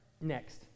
Next